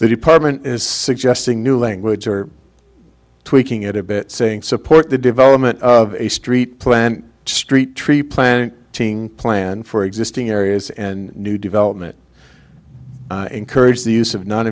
department is suggesting new language or tweaking it a bit saying support the development of a street planned street tree plant plan for existing areas and new development encourage the use of not